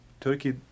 Turkey